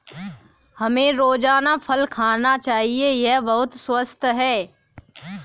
हमें रोजाना फल खाना चाहिए, यह बहुत स्वस्थ है